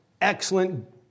Excellent